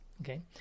okay